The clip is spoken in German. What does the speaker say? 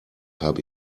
habe